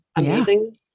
amazing